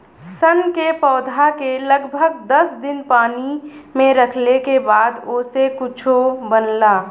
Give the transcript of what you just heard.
सन के पौधा के लगभग दस दिन पानी में रखले के बाद ओसे कुछो बनला